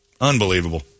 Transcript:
Unbelievable